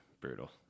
brutal